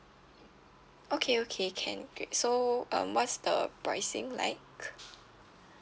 okay okay can great so um what's the pricing like